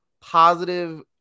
positive